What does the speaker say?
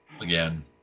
again